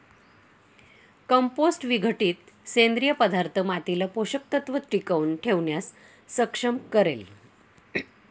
compost विघटित सेंद्रिय पदार्थ मातीला पोषक तत्व टिकवून ठेवण्यास सक्षम करेल